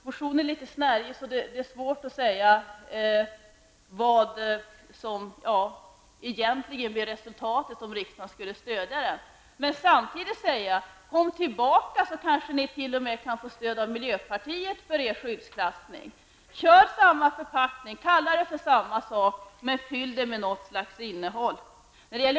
Motionen är litet snårig, och de är därför svårt att förstå vad som egentligen skulle bli resultatet om riksdagen biföll motionen. Men jag vill gärna säga: Kom tillbaka, så kanske ni t.o.m. kan få stöd av miljöpartiet för ert förslag om skyddsklassning! Kom tillbaka med samma förpackning och gärna med samma beteckning, men fyll det hela med något slags innehåll!